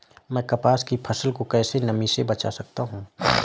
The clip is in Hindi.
मैं कपास की फसल को कैसे नमी से बचा सकता हूँ?